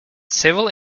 civil